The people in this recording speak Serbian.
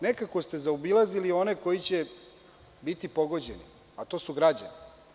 Nekako ste zaobilazili one koji će biti pogođeni, a to su građani.